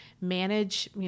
manage